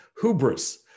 hubris